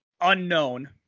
unknown